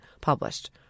published